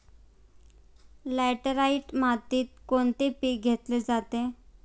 Laterite मातीत कोणते पीक घेतले जाते?